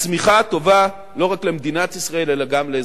הצמיחה טובה לא רק למדינת ישראל, אלא גם לאזרחיה.